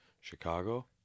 Chicago